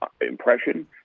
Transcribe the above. impression